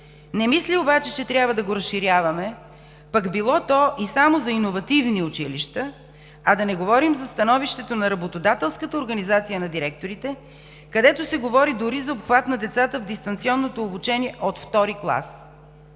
Не мисля обаче, че трябва да го разширяваме, пък било то и само за иновативни училища, а да не говорим за становището на работодателската организация на директорите, където се говори дори за обхват на децата в дистанционното обучение от втори клас.